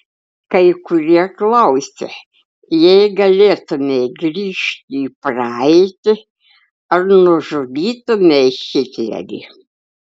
kai kurie klausia jei galėtumei grįžti į praeitį ar nužudytumei hitlerį